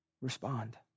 respond